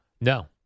no